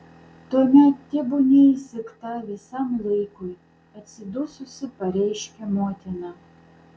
tuomet tebūnie įsegta visam laikui atsidususi pareiškia motina